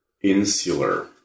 insular